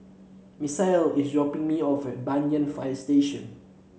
Misael is dropping me off at Banyan Fire Station